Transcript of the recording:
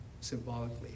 symbolically